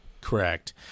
Correct